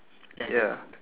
ya